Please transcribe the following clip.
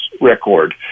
record